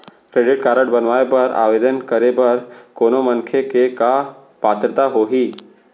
Credit card बनवाए बर आवेदन करे बर कोनो मनखे के का पात्रता होही?